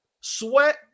Sweat